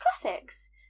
classics